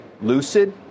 Lucid